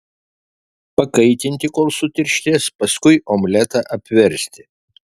pakaitinti kol sutirštės paskui omletą apversti